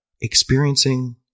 Experiencing